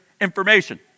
information